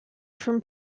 from